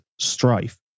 strife